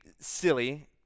silly